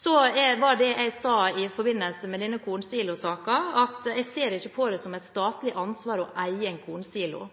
Det jeg sa i forbindelse med kornsilosaken, var at jeg ikke ser det som et statlig ansvar å eie en kornsilo.